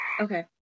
okay